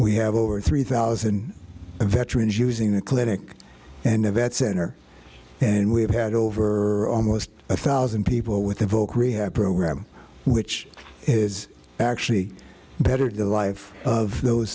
we have over three thousand veterans using a clinic and a vet center and we have had over almost a thousand people with invoke rehab program which is actually better to the life of those